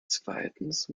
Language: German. zweitens